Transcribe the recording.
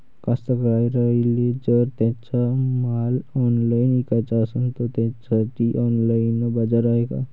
कास्तकाराइले जर त्यांचा माल ऑनलाइन इकाचा असन तर त्यासाठी ऑनलाइन बाजार हाय का?